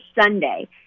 Sunday